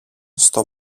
στο